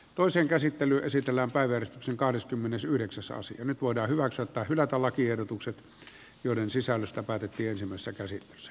toisen käsittely esitellään päivän kahdeskymmenesyhdeksäs saa nyt voidaan hyväksyä tai hylätä lakiehdotukset joiden sisällöstä päätettiin ensimmäisessä käsittelyssä